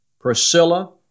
Priscilla